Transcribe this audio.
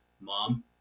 Mom